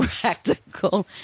practical